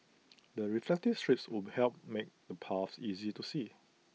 the reflective strips would help make the paths easier to see